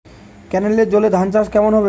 কেনেলের জলে ধানচাষ কেমন হবে?